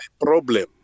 problem